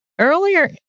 earlier